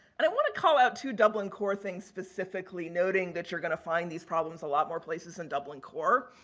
and i want to call out two dublin core things specifically noting that you're going to find these problems a lot more places than and dublin core.